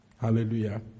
Hallelujah